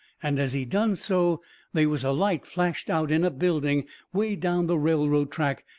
and as he done so they was a light flashed out in a building way down the railroad track,